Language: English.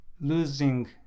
losing